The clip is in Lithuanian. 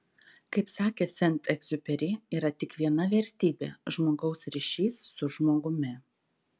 kaip sakė sent egziuperi yra tik viena vertybė žmogaus ryšys su žmogumi